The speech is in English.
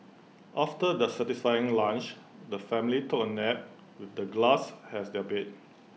after their satisfying lunch the family took A nap with the grass as their bed